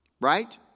Right